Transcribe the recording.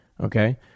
Okay